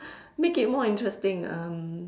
make it more interesting um